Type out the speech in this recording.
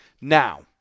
Now